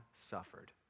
suffered